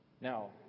Now